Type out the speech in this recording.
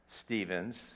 Stevens